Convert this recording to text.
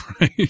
right